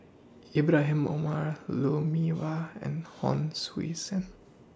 Ibrahim Omar Lou Mee Wah and Hon Sui Sen